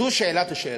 זו שאלת השאלות.